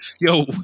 yo